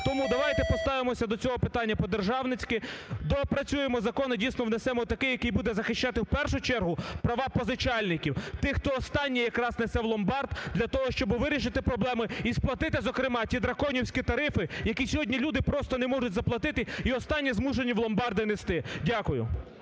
Тому давайте поставимося до цього питання по-державницькі, доопрацюємо закон і дійсно внесемо такий, який буде захищати у першу чергу права позичальників, тих, хто останнє якраз несе у ломбард для того, щоб вирішити проблеми і сплатити, зокрема, ті драконівські тарифи, які сьогодні люди просто не можуть заплатити і останнє змушені у ломбарди нести. Дякую.